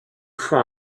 fois